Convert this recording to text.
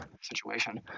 situation